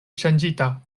ŝanĝita